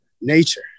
nature